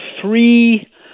three